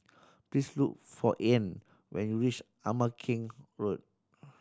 please look for Arne when you reach Ama Keng Road